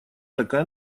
такая